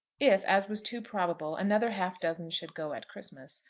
if, as was too probable, another half-dozen should go at christmas,